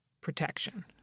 protection